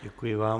Děkuji vám.